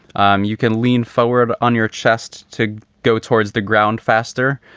um you can lean forward on your chest to go towards the ground faster.